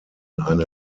eine